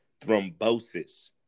thrombosis